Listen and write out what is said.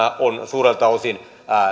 on suurelta osin